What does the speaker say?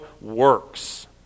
works